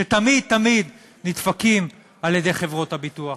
שתמיד תמיד נדפקים על-ידי חברות הביטוח.